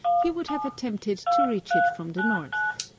he would have attempted to reach it from the north.